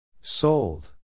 Sold